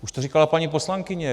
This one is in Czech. Už to říkala paní poslankyně.